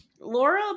Laura